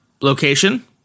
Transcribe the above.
location